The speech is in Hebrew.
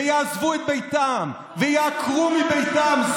ויעזבו את ביתם וייעקרו מביתם.